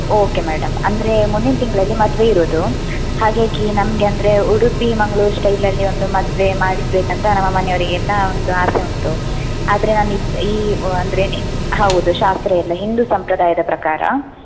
okay madam ಅಂದ್ರೆ ಮುಂದಿನ ತಿಂಗಳಲ್ಲಿ ಮದುವೆ ಇರುವುದು ಹಾಗಾಗಿ ನಮಗೆ ಅಂದರೆ ಉಡುಪಿ ಮಂಗ್ಳೂರು ಸ್ಟೈಲಲ್ಲಿ ಒಂದು ಮದುವೆ ಮಾಡಿಸಬೇಕಂತ ನಮ್ಮ ಮನೆಯವರಿಗೆಲ್ಲ ಒಂದು ಆಸೆ ಉಂಟು ಆದರೆ ನಾನು ಇದು ಈ ಅಂದ್ರೇ ಹೌದು ಶಾಸ್ತ್ರ ಎಲ್ಲ ಹಿಂದೂ ಸಂಪ್ರದಾಯದ ಪ್ರಕಾರ